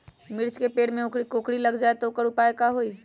मिर्ची के पेड़ में कोकरी लग जाये त वोकर उपाय का होई?